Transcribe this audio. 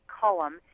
column